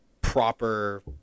proper